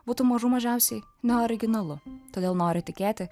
būtų mažų mažiausiai neoriginalu todėl noriu tikėti